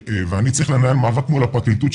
ואני צריך לנהל מאבק מול הפרקליטות,